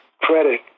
credit